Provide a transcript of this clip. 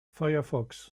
firefox